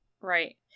Right